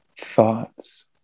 thoughts